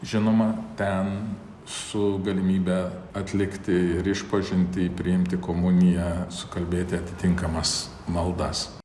žinoma ten su galimybe atlikti ir išpažintį priimti komuniją sukalbėti atitinkamas maldas